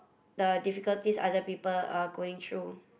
the difficulties other people are going through